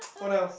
what else